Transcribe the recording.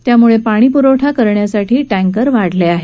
त्यामुळे पाणी पुरवठा करण्यासाठी टँकर वाढले आहेत